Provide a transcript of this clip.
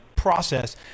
process